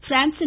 பிரான்ஸின்